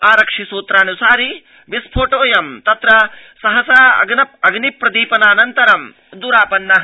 आरक्षि सूत्रानुसारि विस्फोटोऽयं तत्र सहसा अग्नि प्रदीपनाऽनन्तरं द्रापन्नः